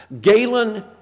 Galen